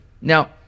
Now